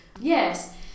yes